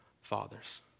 fathers